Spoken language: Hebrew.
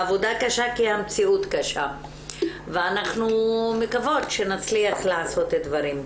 העבודה קשה כי המציאות קשה ואנחנו מקוות שנצליח לעשות דברים.